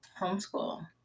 homeschool